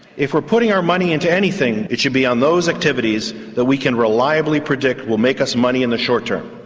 if we're putting our money into anything, it should be on those activities that we can reliably predict will make us money in the short term.